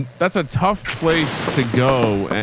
that's a tough place to go.